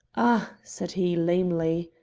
ah! said he, lamely,